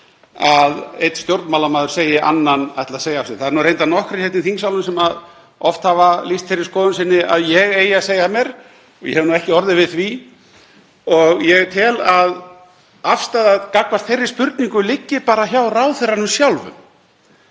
að einn stjórnmálamaður segi annan eiga að segja af sér. Það eru reyndar nokkrir hér í þingsal sem oft hafa lýst þeirri skoðun sinni að ég eigi að segja af mér og ég hef ekki orðið við því og ég tel að afstaða gagnvart þeirri spurningu liggi bara hjá ráðherranum sjálfum.